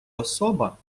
особа